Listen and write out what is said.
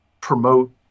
promote